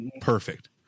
perfect